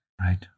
right